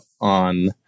on